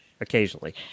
occasionally